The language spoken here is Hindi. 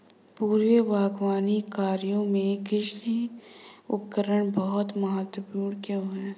पूर्व बागवानी कार्यों में कृषि उपकरण बहुत महत्वपूर्ण क्यों है?